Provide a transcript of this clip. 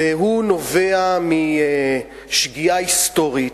והוא נובע משגיאה היסטורית,